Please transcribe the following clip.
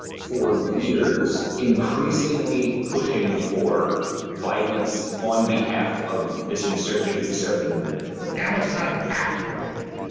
for years, increasingly pushing for violence on behalf of this insurgent conservative movement. but now it's time to act on the enemy.